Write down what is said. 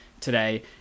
today